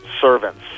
servants